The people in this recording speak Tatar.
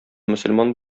мөселман